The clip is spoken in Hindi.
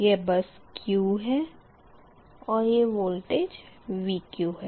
यह बस q है और यह वोल्टेज Vq है